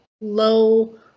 low